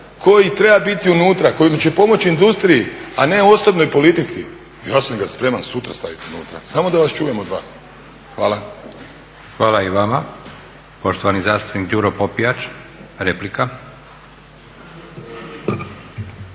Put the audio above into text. koji treba biti unutra, koji će pomoći industriji a ne osobnoj politici ja sam ga spreman sutra stavit unutra, samo da vas čujem od vas. Hvala. **Leko, Josip (SDP)** Hvala i vama. Poštovani zastupnik Đuro Popijač, replika.